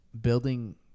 building